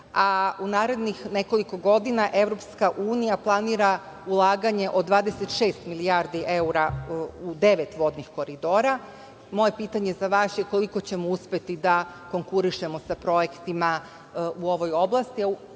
a u narednih nekoliko godina EU planira ulaganje od 26 milijardi evra u devet vodnih koridora. Moje pitanje za vas je – koliko ćemo uspeti da konkurišemo sa projektima u ovoj oblasti?